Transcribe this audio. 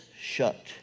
shut